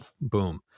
boom